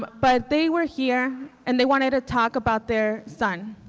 but but they were here and they wanted to talk about their son.